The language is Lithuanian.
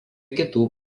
kitų